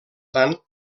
tant